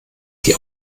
die